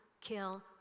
kill